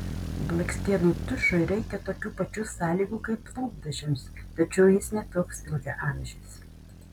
blakstienų tušui reikia tokių pačių sąlygų kaip lūpdažiams tačiau jis ne toks ilgaamžis